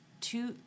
two